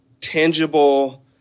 tangible